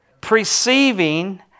Perceiving